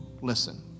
listen